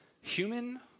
human